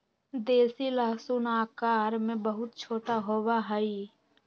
देसी लहसुन आकार में बहुत छोटा होबा हई